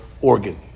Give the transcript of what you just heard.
organ